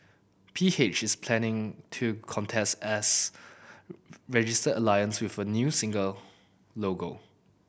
P H is planning to contest as registered alliance with a new single logo